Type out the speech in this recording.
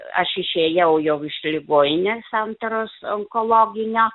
aš išėjau jau iš ligoninės santaros onkologinio